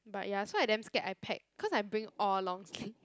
but ya so I damn scared I pack cause I bring all long sleeve